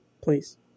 Please